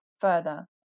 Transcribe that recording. further